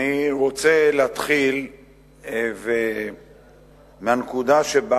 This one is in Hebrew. אני רוצה להתחיל מהנקודה שבה